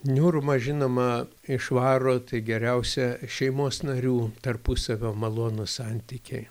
niūrumą žinoma išvaro tai geriausia šeimos narių tarpusavio malonūs santykiai